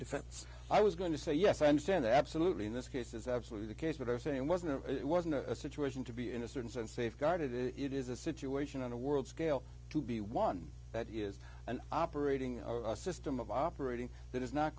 defense i was going to say yes i understand absolutely in this case is absolutely the case but our saying wasn't it wasn't a situation to be in a certain sense safeguarded it is a situation on a world scale to be one that is an operating system of operating that is not